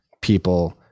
people